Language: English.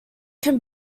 can